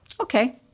Okay